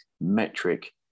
metric